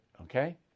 Okay